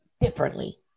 differently